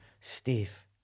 Steve